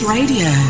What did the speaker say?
Radio